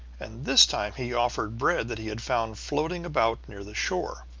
and this time he offered bread that he had found floating about near the shore.